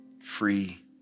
free